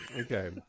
Okay